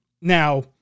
Now